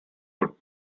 good